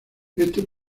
este